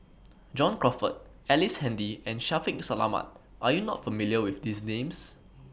John Crawfurd Ellice Handy and Shaffiq Selamat Are YOU not familiar with These Names